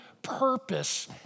purpose